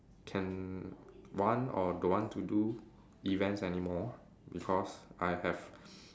can want or don't want to do events anymore because I have